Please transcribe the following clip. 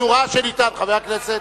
ראש הממשלה,